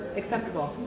acceptable